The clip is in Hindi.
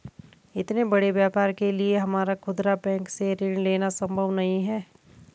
इतने बड़े व्यापार के लिए हमारा खुदरा बैंक से ऋण लेना सम्भव नहीं है